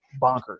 bonkers